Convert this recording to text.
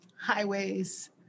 highways